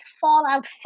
Fallout